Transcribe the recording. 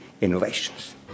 innovations